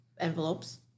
envelopes